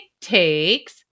takes